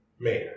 man